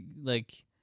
like-